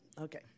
okay